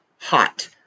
hot